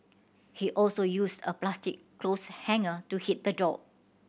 he also used a plastic clothes hanger to hit the dog